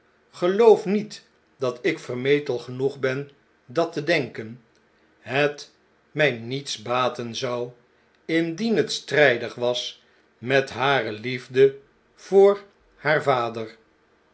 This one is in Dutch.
geloof niet dat ik vermetel genoeg ben dat te denken het mij niets baten zou indien het strijdig was met hare liefde voor haar vader